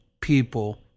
people